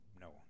No